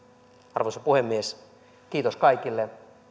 arvoisa puhemies kiitos kaikille